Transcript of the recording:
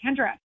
Kendra